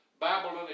Babylon